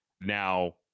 Now